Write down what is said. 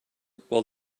while